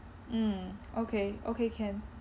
mm okay okay can